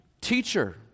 Teacher